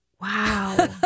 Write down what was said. Wow